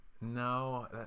No